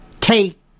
take